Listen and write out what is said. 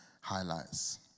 highlights